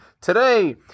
today